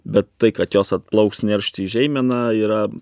bet tai kad jos atplauks neršti į žeimeną yra